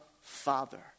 Father